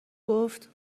گفت